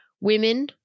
women